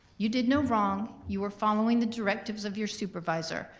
you did no wrong, you were following the directives of your supervisor,